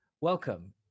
Welcome